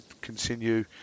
continue